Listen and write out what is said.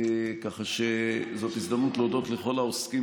ככה שזאת ההזדמנות להודות לכל העוסקים